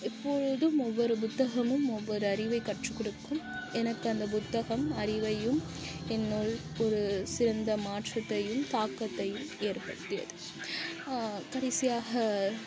எப்பொழுதும் ஒவ்வொரு புத்தகமும் ஒவ்வொரு அறிவை கற்றுக்கொடுக்கும் எனக்கு அந்த புத்தகம் அறிவையும் என்னுள் ஒரு சிறந்த மாற்றத்தையும் தாக்கத்தையும் ஏற்படுத்தியது கடைசியாக